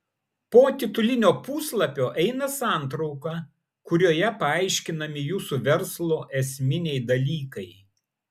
po titulinio puslapio eina santrauka kurioje paaiškinami jūsų verslo esminiai dalykai